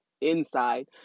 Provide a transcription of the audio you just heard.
inside